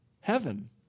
heaven